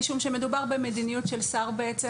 משום שמדובר במדיניות של שר בעצם,